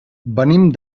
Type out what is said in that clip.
venim